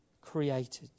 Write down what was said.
created